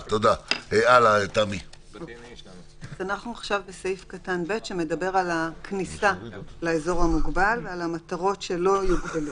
אנחנו בסעיף (ב) שמדבר על הכניסה לאזור המוגבל ועל המטרות שלא יוגבלו.